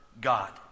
God